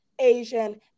Asian